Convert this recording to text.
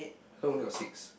how come I only got six